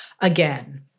again